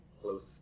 close